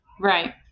Right